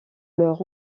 leur